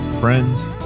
Friends